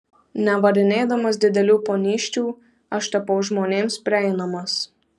nevarinėdamas didelių ponysčių aš tapau žmonėms prieinamas